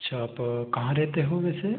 अच्छा आप कहाँ रहते हो वैसे